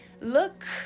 Look